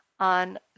on